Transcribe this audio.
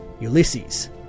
Ulysses